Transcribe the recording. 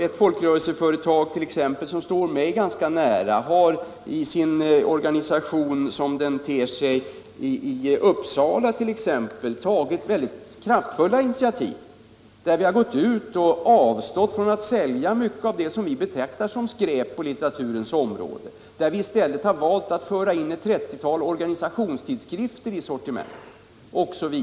Ett folkrörelseföretag som står mig nära har t.ex. i sin verksamhet i Uppsala tagit mycket kraftfulla initiativ och avstått från att sälja mycket av det som vi betraktar som skräp på litteraturens område. Vi har i stället t.ex. valt att föra in ett trettiotal organisationstidskrifter i sortimentet.